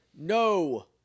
No